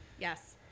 Yes